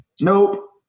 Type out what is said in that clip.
Nope